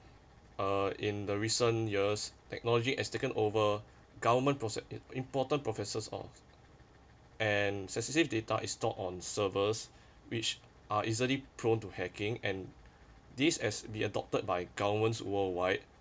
uh in the recent years technology has taken over government proces~ it important processes of and sensitive data is stored on servers which are easily prone to hacking and these has been adopted by governments worldwide